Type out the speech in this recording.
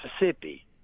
Mississippi